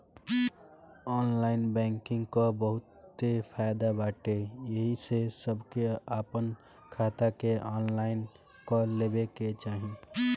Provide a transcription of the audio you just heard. online banking कअ बहुते फायदा बाटे एही से सबके आपन खाता के ऑनलाइन कअ लेवे के चाही